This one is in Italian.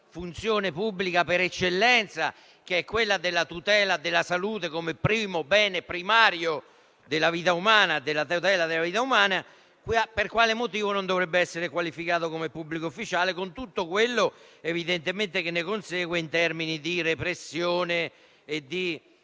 funzione pubblica per eccellenza, cioè la tutela della salute come bene primario per la vita umana: per quale motivo non dovrebbe essere qualificato come pubblico ufficiale, con tutto quello che ne consegue in termini di repressione e di